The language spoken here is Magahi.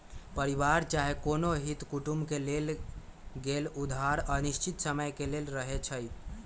परिवार चाहे कोनो हित कुटुम से लेल गेल उधार अनिश्चित समय के लेल रहै छइ